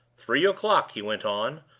three o'clock! he went on,